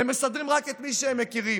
הם מסדרים רק את מי שהם מכירים.